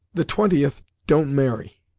the twentieth don't marry.